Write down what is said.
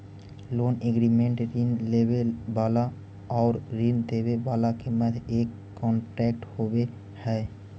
loan agreement ऋण लेवे वाला आउर ऋण देवे वाला के मध्य एक कॉन्ट्रैक्ट होवे हई